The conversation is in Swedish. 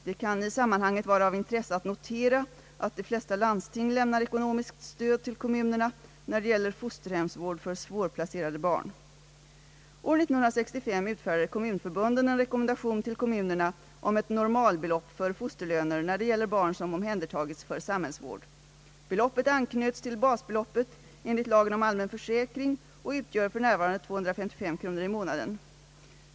Det kan i sammanhanget vara av intresse att notera, att de flesta landsting lämnar ekonomiskt stöd till kommunerna när det gäller fosterhemsvård för svårplacerade barn. År 1965 utfärdade kommunförbunden en rekommendation till kommunerna om ett normalbelopp för fosterlöner när det gäller barn som omhändertagits för samhällsvård. Beloppet anknöts till basbeloppet enligt lagen om allmän försäkring och utgör f.n. 255 kr. i månaden.